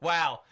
Wow